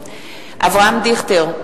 אברהם דיכטר,